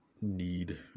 need